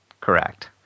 correct